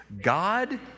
God